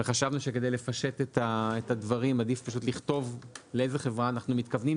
חשבנו שכדי לפשט את הדברים עדיף פשוט לכתוב לאיזו חברה אנחנו מתכוונים,